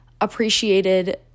appreciated